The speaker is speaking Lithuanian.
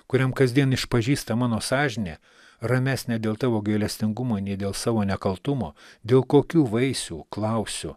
kuriam kasdien išpažįsta mano sąžinė ramesnė dėl tavo gailestingumo nei dėl savo nekaltumo dėl kokių vaisių klausiu